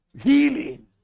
healing